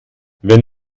wenn